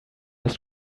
his